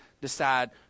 decide